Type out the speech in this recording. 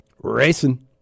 racing